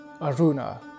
Aruna